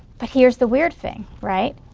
but here's the weird thing, right.